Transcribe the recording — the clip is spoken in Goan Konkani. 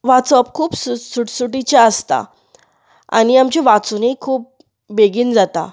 बूक वाचप खूब सुटसूटीचे आसता आनी आमचे वाचूनय खूब बेगीन जाता